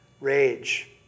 rage